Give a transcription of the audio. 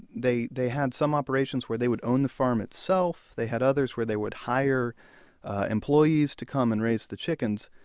they they had some operations where they would own the farm itself they had others where they would hire employees to come and raise the chickens.